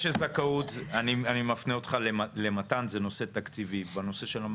נגיד בנק ישראל פרופ’ אמיר ירון: הנושא של זכאות,